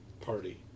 party